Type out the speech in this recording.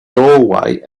doorway